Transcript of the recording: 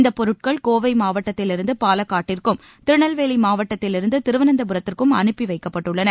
இந்தப் பொருட்கள் கோவை மாவட்டத்திலிருந்து பாலக்காட்டிற்கும் திருநெல்வேலி மாவட்டத்திலிருந்து திருவனந்தபுரத்திற்கும் அனுப்பி வைக்கப்பட்டுள்ளன